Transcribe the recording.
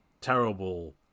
terrible